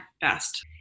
best